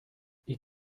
ich